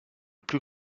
plus